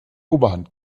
oberhand